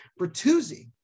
Bertuzzi